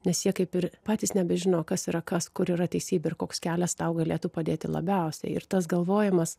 nes jie kaip ir patys nebežino kas yra kas kur yra teisybė ir koks kelias tau galėtų padėti labiausiai ir tas galvojimas